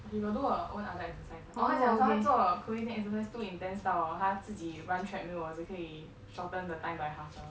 she got do her own other exercise [one] orh 她讲说他做 exercise too intense 到她自己 run treadmill hor 只可以 shorten the time by half now